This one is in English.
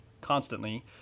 constantly